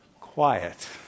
Quiet